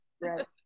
right